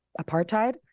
apartheid